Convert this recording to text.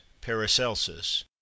paracelsus